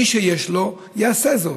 מי שיש לו יעשה זאת,